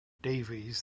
davies